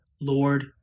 Lord